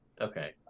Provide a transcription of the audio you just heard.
Okay